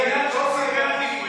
זה עניין של סדרי עדיפויות.